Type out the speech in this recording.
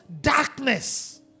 darkness